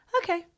okay